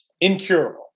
incurable